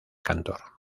cantor